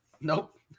Nope